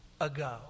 ago